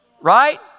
right